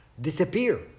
disappear